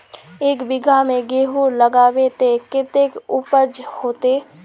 एक बिगहा में गेहूम लगाइबे ते कते उपज होते?